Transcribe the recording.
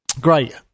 Great